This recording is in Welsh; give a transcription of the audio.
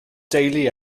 deulu